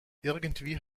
irgendwie